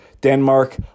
Denmark